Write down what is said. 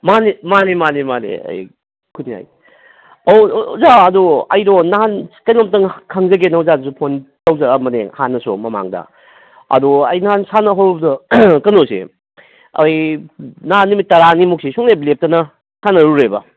ꯃꯥꯅꯤ ꯃꯥꯅꯤ ꯃꯥꯅꯤ ꯃꯥꯅꯤ ꯑꯩ ꯈꯨꯟꯌꯥꯏ ꯑꯧ ꯑꯣꯖꯥ ꯑꯗꯣ ꯑꯩꯗꯣ ꯅꯍꯥꯟ ꯀꯩꯅꯣꯝꯇꯪ ꯈꯪꯖꯒꯦꯅ ꯑꯣꯖꯥꯗꯁꯨ ꯐꯣꯟ ꯇꯧꯖꯔꯝꯕꯅꯦ ꯍꯥꯟꯅꯁꯨ ꯃꯃꯥꯡꯗ ꯑꯗꯣ ꯑꯩ ꯅꯍꯥꯟ ꯁꯥꯟꯅ ꯍꯧꯔꯨꯕꯗ ꯀꯩꯅꯣꯁꯦ ꯑꯩ ꯅꯍꯥꯟ ꯅꯨꯃꯤꯠ ꯇꯔꯥꯅꯤꯃꯨꯛꯁꯦ ꯁꯨꯡꯂꯦꯞ ꯂꯦꯞꯇꯅ ꯁꯥꯟꯅꯔꯨꯔꯦꯕ